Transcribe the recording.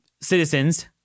citizens